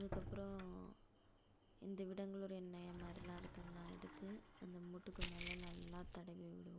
அதுக்கு அப்றம் இந்த விடங்கலூர் எண்ணெயை மறு எடுத்து அந்த மூட்டுக்கு மேல் நல்லா தடவி விடுவோம்